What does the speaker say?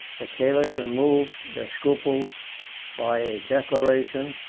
the caliph removed their scruples by a declaration,